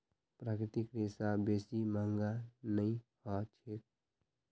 प्राकृतिक रेशा बेसी महंगा नइ ह छेक